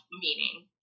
meaning